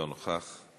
אינו נוכח,